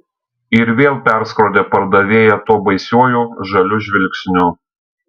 ir vėl perskrodė pardavėją tuo baisiuoju žaliu žvilgsniu